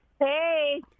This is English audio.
Hey